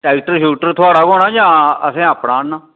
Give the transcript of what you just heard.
tractor ट्रूक्टर थुआढ़ा गै होना जां असें अपना आह्नना